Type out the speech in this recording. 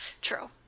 True